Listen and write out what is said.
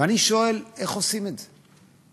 ואני שואל, איך עושים את זה?